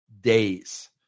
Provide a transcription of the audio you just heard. days